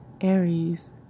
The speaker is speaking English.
Aries